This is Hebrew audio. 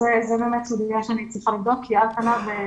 זו סוגיה שאני צריכה לבדוק אותה כי על פניו,